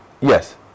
yes